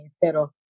pero